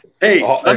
Hey